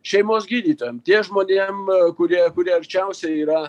šeimos gydytojam tiem žmonėm kurie kurie arčiausiai yra